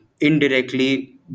indirectly